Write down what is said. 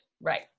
Right